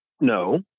No